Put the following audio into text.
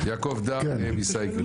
יעקב דר סייקל.